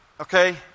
okay